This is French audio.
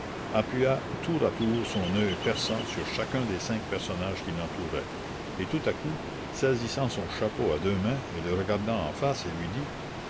tour à tour son oeil perçant sur chacun des cinq personnages qui l'entouraient et tout à coup saisissant son chapeau à deux mains et le regardant en face il lui dit